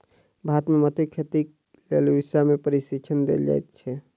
भारत मे मोतीक खेतीक लेल उड़ीसा मे प्रशिक्षण देल जाइत छै